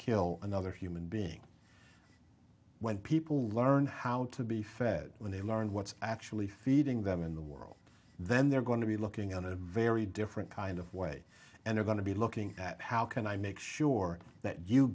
kill another human being when people learn how to be fed when they learn what's actually feeding them in the world then they're going to be looking in a very different kind of way and are going to be looking at how can i make sure that you